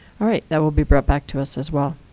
all right, that will be brought back to us as well.